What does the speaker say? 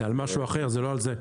זה על משהו אחר, זה לא על זה.